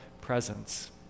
presence